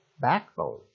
backbone